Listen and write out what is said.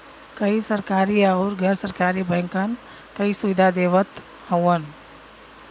कई सरकरी आउर गैर सरकारी बैंकन कई सुविधा देवत हउवन